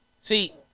See